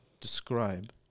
describe